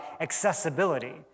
accessibility